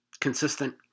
consistent